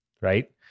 right